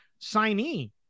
signee